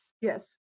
Yes